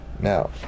Now